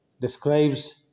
describes